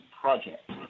project